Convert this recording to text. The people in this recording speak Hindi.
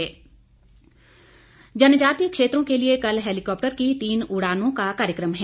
उड़ान जनजातीय क्षेत्रों के लिए कल हैलीकॉप्टर की तीन उड़ानों का कार्यक्रम है